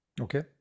Okay